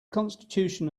constitution